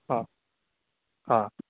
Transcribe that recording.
ಹಾಂ ಹಾಂ